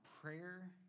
prayer